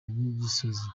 nyagisozi